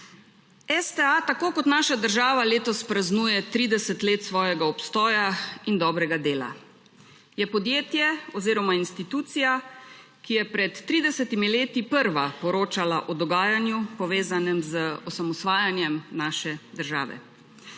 STA tako kot naša država letos praznuje 30 let svojega obstoja in dobrega dela. Je podjetje oziroma institucija, ki je pred 30. leti prva poročala o dogajanju povezanem z osamosvajanjem naše države.